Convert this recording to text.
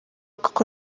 kuko